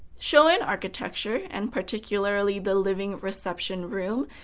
shoin architecture, and particularly the living-reception room,